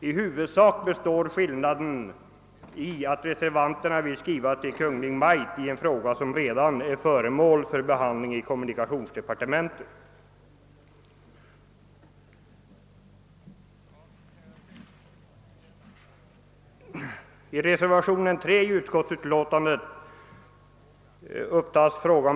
I huvudsak består den i att reservanterna vill skriva till Kungl. Maj:t i en fråga som redan är föremål för behandling i kommunikationsdepartementet.